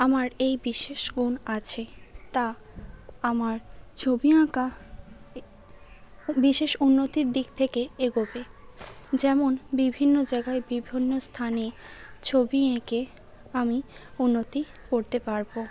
আমার এই বিশেষ গুণ আছে তা আমার ছবি আঁকা এ বিশেষ উন্নতির দিক থেকে এগোবে যেমন বিভিন্ন জায়গায় বিভিন্ন স্থানে ছবি এঁকে আমি উন্নতি করতে পারব